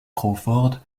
crawford